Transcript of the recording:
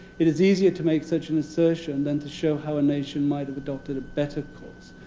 it is easier to make such an assertion than to show how a nation might have adopted a better course.